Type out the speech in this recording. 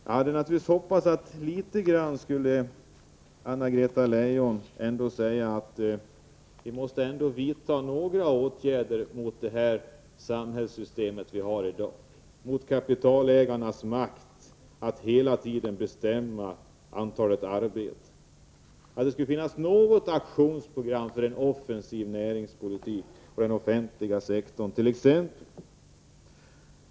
Jag hade naturligtvis hoppats att Anna-Greta Leijon ändå skulle säga att vi måste vidta åtminstone några åtgärder mot det samhällssystem vi har i dag, mot kapitalägarnas makt att hela tiden bestämma antalet arbeten. Jag hade hoppats att det skulle finnas något aktionsprogram för en offensiv näringspolitik, t.ex. inom den offentliga sektorn.